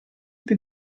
più